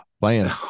playing